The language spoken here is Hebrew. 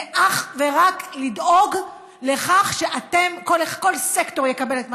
זה אך ורק לדאוג לכך שכל סקטור יקבל את מה